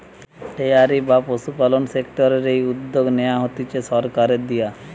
dairy বা পশুপালন সেক্টরের এই উদ্যগ নেয়া হতিছে সরকারের দিয়া